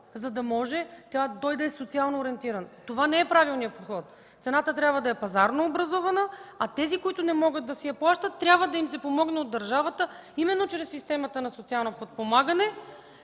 за да може той да е социално ориентиран. Това не е правилният подход. Цената трябва да е пазарно образувана, а на тези, които не могат да си плащат, трябва да им се помогне от държавата именно чрез системата на социалното подпомагане,